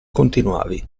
continuavi